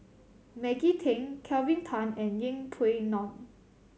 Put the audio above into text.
Maggie Teng Kelvin Tan and Yeng Pway Ngon